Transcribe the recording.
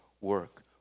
work